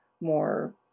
more